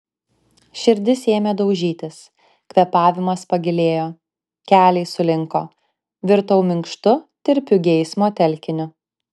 širdis ėmė daužytis kvėpavimas pagilėjo keliai sulinko virtau minkštu tirpiu geismo telkiniu